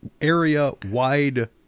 area-wide